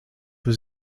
für